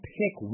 pick